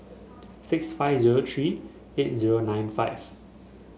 six five zero three eight zero nine five